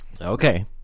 Okay